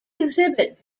exhibit